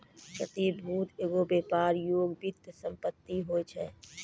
प्रतिभूति एगो व्यापार योग्य वित्तीय सम्पति होय छै